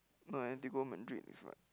no Atletico Madrid is like